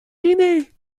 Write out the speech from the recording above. irénée